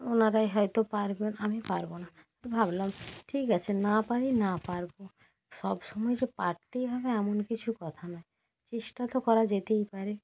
ওনারাই হয়তো পারবেন আমি পারবো না ভাবলাম ঠিক আছে না পারি না পারবো সব সময় যে পারতেই হবে এমন কিছু কথা নই চেষ্টা তো করা যেতেই পারে